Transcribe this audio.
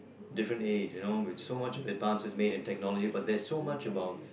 different age you know with some much advances made in technology but there's so much about